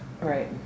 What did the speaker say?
Right